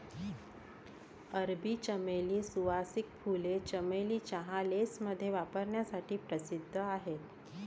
अरबी चमेली, सुवासिक फुले, चमेली चहा, लेसमध्ये वापरण्यासाठी प्रसिद्ध आहेत